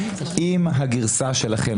אם הגרסה שלכם,